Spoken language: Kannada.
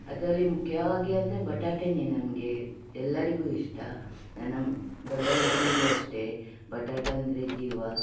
ಅದರಲ್ಲಿ ಮುಖ್ಯವಾಗಿ ಅಂದರೆ ಬಟಾಟೆ ನಮಗೆ ಎಲ್ಲರಿಗೂ ಇಷ್ಟ ನನ್ನ ದೊಡ್ಡಮಗನಿಗೂ ಅಷ್ಟೇ ಬಟಾಟೆ ಅಂದರೆ ಜೀವ